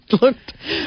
looked